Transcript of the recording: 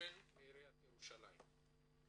מספין מעירית ירושלים.